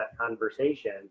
conversation